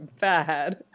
bad